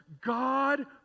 God